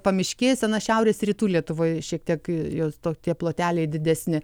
pamiškėse na šiaurės rytų lietuvoj šiek tiek jos to tie ploteliai didesni